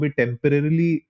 temporarily